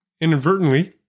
inadvertently